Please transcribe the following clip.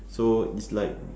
so it's like